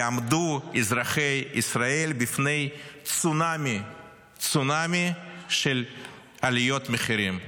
יעמדו אזרחי ישראל בפני צונאמי של עליות מחירים.